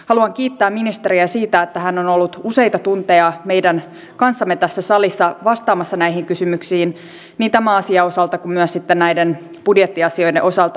haluan kiittää ministeriä siitä että hän on ollut useita tunteja meidän kanssamme tässä salissa vastaamassa näihin kysymyksiin niin tämän asian osalta kuin myös sitten budjettiasioiden osalta